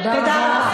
תודה רבה.